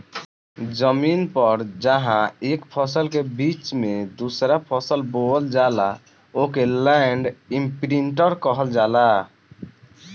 जमीन पर जहां एक फसल के बीच में दूसरा फसल बोवल जाला ओके लैंड इमप्रिन्टर कहल जाला